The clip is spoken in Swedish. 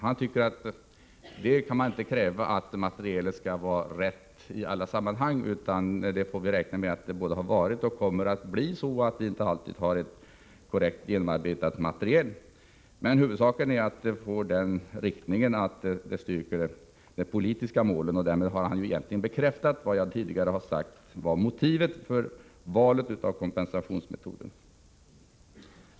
Han tycker att man inte kan kräva att det materiella skall vara rätt i alla sammanhang utan att vi får räkna med att det både har varit och kommer att bli så att vi inte alltid har ett korrekt genomarbetat material — huvudsaken är att inriktningen styrker de politiska målen. Därmed har han egentligen bekräftat vad jag tidigare sade vara motivet för valet av kompensationsmetoder.